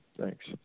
Thanks